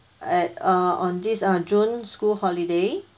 at err on this err june school holiday